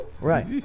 Right